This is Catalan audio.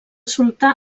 sultà